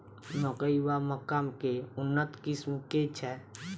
मकई वा मक्का केँ उन्नत किसिम केँ छैय?